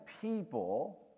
people